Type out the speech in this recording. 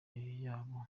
iyo